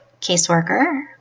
caseworker